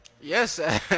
Yes